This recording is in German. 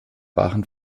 waren